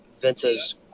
Vince's